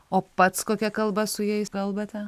o pats kokia kalba su jai kalbate